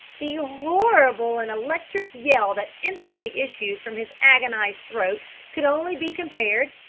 the horrible and electric yell that instantly issued from his agonised throat could only be compared,